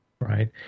right